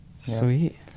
Sweet